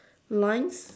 lines